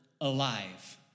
alive